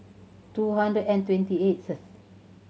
two hundred and twenty eighth